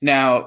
Now